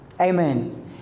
Amen